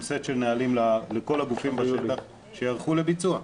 סט של נהלים לכל הגופים בשטח שייערכו לביצוע.